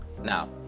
Now